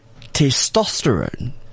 testosterone